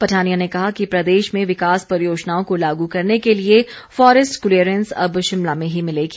पठानिया ने कहा कि प्रदेश में विकास परियोजनाओं को लागू करने के लिए फॉरेस्ट क्लीयरेंस अब शिमला में ही मिलेगी